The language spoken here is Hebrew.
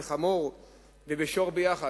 בחמור ובשור ביחד,